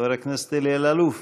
חבר הכנסת אלי אלאלוף.